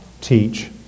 teach